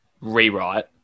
rewrite